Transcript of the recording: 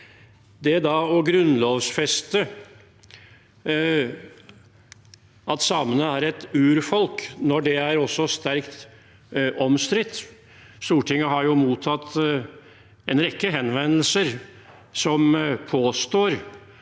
Å grunnlovfeste at samene er et urfolk, er sterkt omstridt. Stortinget har mottatt en rekke henvendelser som påstår